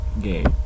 game